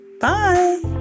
Bye